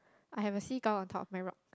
I have a seagull on top of my rock